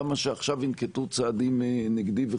למה שעכשיו ינקטו צעדים נגדי?